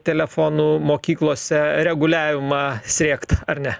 telefonų mokyklose reguliavimą siekti ar ne